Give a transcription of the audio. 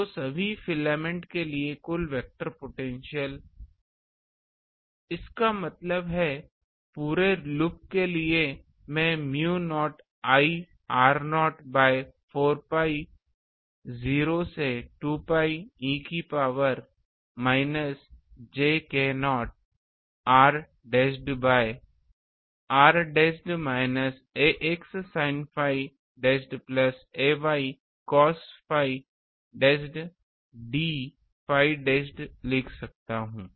तो सभी फिलामेंट के लिए कुल वेक्टर पोटेंशियल इसका मतलब है पूरे लूप के लिए कि मैं mu naught I r0 by 4 pi 0 से 2 pi e की power minus j k0 r dashed by r dashed minus ax sin phi dashed plus ay cos phi dashed d phi dashed लिख सकता हूं